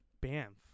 Banff